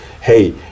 hey